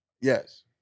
yes